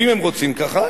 ואם הם רוצים ככה,